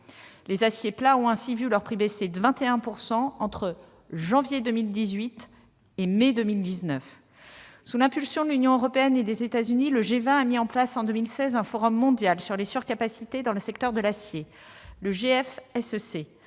Les aciers plats ont ainsi vu leur prix baisser de 21 % entre janvier 2018 et mai 2019. Sous l'impulsion de l'Union européenne et des États-Unis, le G20 a mis en place en 2016 un forum mondial sur les surcapacités dans le secteur de l'acier, le GFSEC.